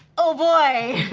oh, boy,